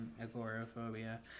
agoraphobia